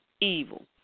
evil